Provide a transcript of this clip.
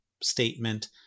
statement